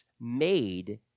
made